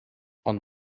ond